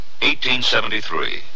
1873